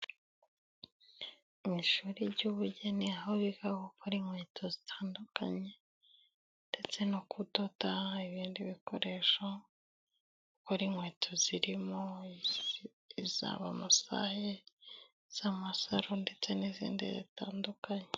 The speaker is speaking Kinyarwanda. Mu ishuri ry'ubugeni aho biga gukora inkweto zitandukanye ndetse no kudoda ibindi bikoresho, gukora inkweto zirimo izabamasaye, iz'amasaro, ndetse n'izindi zitandukanye.